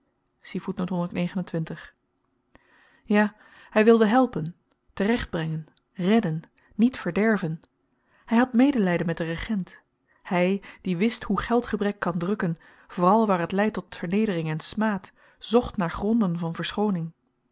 ja hy wilde helpen terechtbrengen redden niet verderven hy had medelyden met den regent hy die wist hoe geldgebrek kan drukken vooral waar het leidt tot vernedering en smaad zocht naar gronden van verschooning